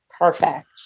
Perfect